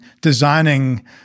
designing